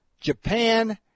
Japan